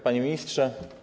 Panie Ministrze!